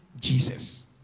Jesus